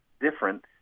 different